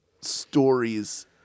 stories